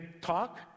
talk